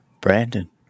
brandon